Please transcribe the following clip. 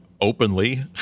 openly